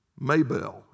Maybell